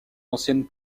anciennes